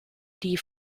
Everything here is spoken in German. die